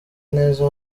neza